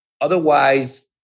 otherwise